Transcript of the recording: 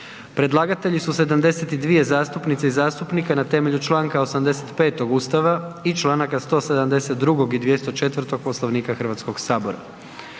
Predlagatelji su 72 zastupnice i zastupnika na temelju čl. 85. Ustava i čl. 172. i 204. Poslovnika HS. Prigodom